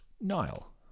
Nile